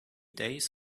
days